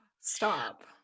Stop